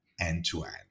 end-to-end